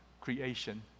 creation